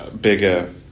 Bigger